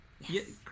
Yes